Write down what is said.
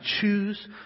choose